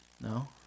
no